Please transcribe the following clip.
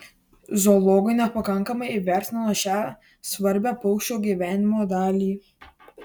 zoologai nepakankamai įvertino šią svarbią paukščių gyvenimo dalį